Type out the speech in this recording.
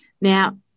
Now